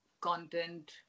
content